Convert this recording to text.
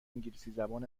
انگلیسیزبان